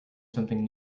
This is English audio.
something